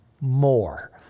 more